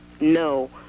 No